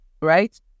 right